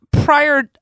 prior